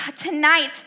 tonight